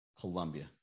Colombia